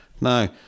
Now